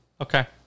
Okay